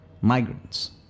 migrants